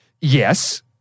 Yes